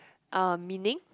uh meaning